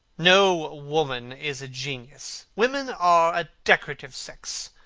no woman is a genius. women are a decorative sex.